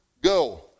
go